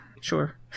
sure